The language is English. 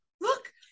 look